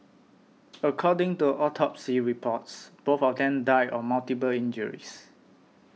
according to autopsy reports both of them died of multiple injuries